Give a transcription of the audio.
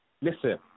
listen